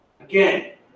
Again